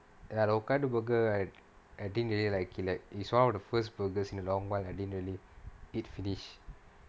ya the hokkaido burger right I think really I like it's one of the first burgers in the long while I didn't really eat finish